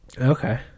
Okay